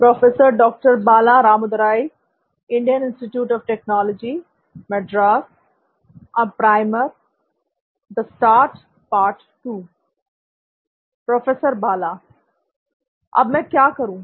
professor Bala अब मैं क्या करूं